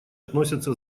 относятся